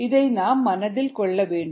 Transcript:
இதை நாம் மனதில் கொள்ள வேண்டும்